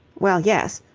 well, yes.